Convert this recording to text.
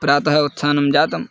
प्रातः उत्थानं जातं